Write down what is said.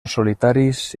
solitaris